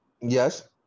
Yes